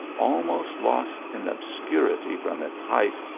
almost lost in ob scurity from its height,